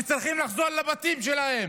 כשהם צריכים לחזור לבתים שלהם.